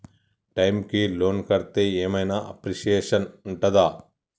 Time కి loan కడ్తే ఏం ఐనా అప్రిషియేషన్ ఉంటదా?